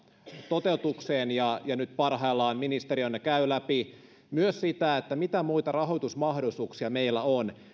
toteutukseen nyt parhaillaan ministeriö käy ne läpi myös sen mitä muita rahoitusmahdollisuuksia meillä on